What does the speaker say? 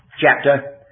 chapter